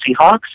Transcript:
Seahawks